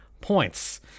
points